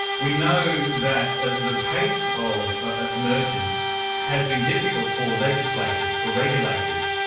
we know that the pace of ah emergence has been difficult for legislators, for regulators,